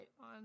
on